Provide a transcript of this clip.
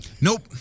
Nope